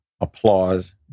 applause